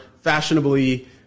fashionably –